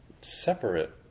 separate